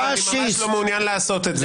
ואני ממש לא מעוניין לעשות את זה.